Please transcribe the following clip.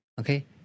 Okay